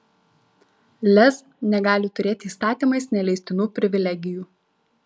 lez negali turėti įstatymais neleistinų privilegijų